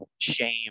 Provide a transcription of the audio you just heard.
Shame